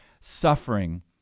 suffering